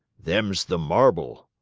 them's the marble,